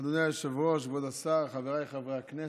אדוני היושב-ראש, כבוד השר, חבריי חברי הכנסת,